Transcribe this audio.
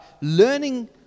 learning